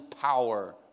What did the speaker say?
power